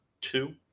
two